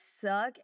suck